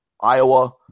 Iowa